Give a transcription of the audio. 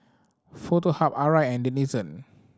Foto Hub Arai and Denizen